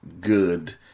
good